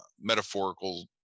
metaphorical